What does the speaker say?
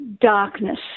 darkness